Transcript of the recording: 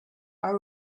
our